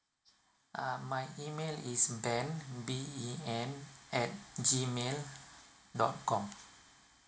uh my email is ben B E N at G mail dot com